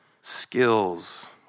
Skills